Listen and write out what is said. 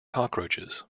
cockroaches